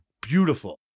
beautiful